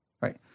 right